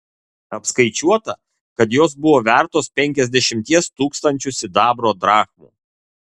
apskaičiuota kad jos buvo vertos penkiasdešimties tūkstančių sidabro drachmų